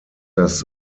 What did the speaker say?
das